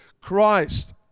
Christ